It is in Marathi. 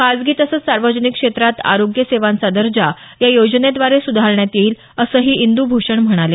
खाजगी तसंच सार्वजनिक क्षेत्रात आरोग्य सेवांचा दर्जा या योजनेद्वारे सुधारण्यात येईल असंही इंदूभूषण म्हणाले